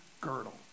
girdle